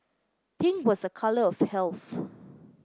pink was a colour of health